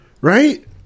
right